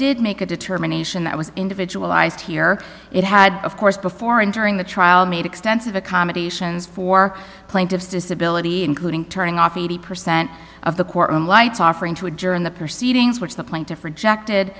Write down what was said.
did make a determination that was individual ised here it had of course before and during the trial made extensive accommodations for plaintiffs disability including turning off eighty percent of the courtroom lights offering to adjourn the proceedings which the plaintiff rejected